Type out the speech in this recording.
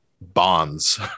bonds